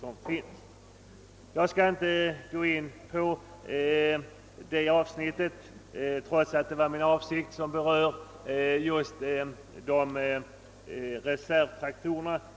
Sedan skall jag här inte ingå på det avsnitt i utskottets utlåtande som rör reservtraktorerna, även om det var min avsikt att göra det.